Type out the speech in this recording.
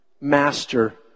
master